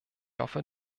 hoffe